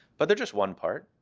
but they're just one part.